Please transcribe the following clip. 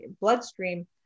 bloodstream